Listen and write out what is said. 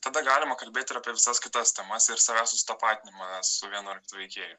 tada galima kalbėti ir apie visas kitas temas ir savęs tapatinimą su vienu ar kitu veikėju